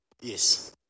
Yes